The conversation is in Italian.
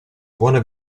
buona